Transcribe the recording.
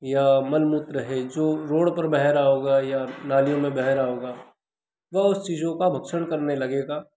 या मल मूत्र है जो रोड पर बह रहा होगा या नालियों में बह रहा होगा वह उस चीज़ों का भक्षण करने लगेगा